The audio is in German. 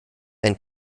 wenn